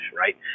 right